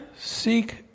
seek